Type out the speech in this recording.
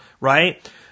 right